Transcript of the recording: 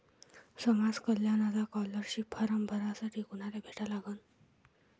समाज कल्याणचा scholarship form भरासाठी कुनाले भेटा लागन?